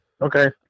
Okay